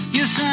Yes